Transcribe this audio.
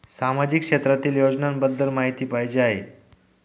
सामाजिक क्षेत्रातील योजनाबद्दल माहिती पाहिजे आहे?